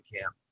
camp